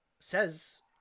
says